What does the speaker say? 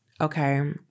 okay